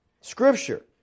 scripture